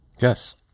Yes